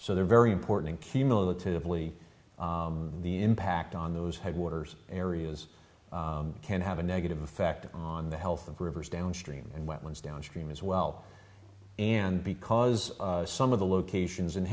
so they're very important cumulatively the impact on those headwaters areas can have a negative effect on the health of rivers downstream and wetlands downstream as well and because some of the locations in